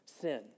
sin